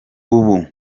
ubu